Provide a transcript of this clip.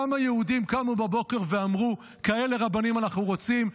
כמה יהודים קמו בבוקר ואמרו: כאלה רבנים אנחנו רוצים,